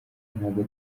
ntabwo